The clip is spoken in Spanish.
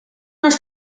nos